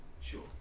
Sure